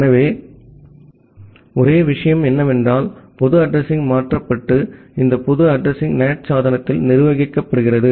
எனவே ஒரே விஷயம் என்னவென்றால் பொது அட்ரஸிங் மாற்றப்பட்டு இந்த பொது அட்ரஸிங் NAT சாதனத்தால் நிர்வகிக்கப்படுகிறது